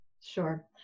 Sure